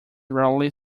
rarely